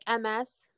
MS